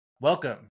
welcome